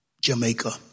Jamaica